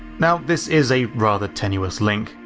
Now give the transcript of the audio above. now this is a rather tenuous link,